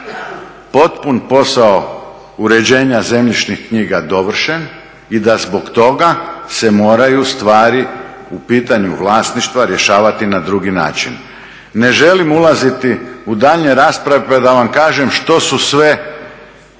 potpun posao uređenja zemljišnih knjiga dovršen i da zbog toga se moraju stvari u pitanju vlasništva rješavati na drugi način. Ne želim ulaziti u daljnje rasprave pa da vam kažem što su sve,